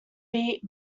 beat